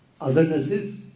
othernesses